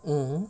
mmhmm